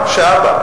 גם כשאבא,